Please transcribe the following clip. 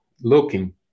looking